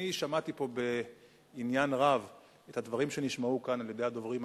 אני שמעתי פה בעניין רב את הדברים שהשמיעו כאן הדוברים הקודמים,